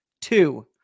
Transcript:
two